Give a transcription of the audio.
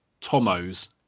tomo's